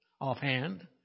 offhand